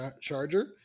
Charger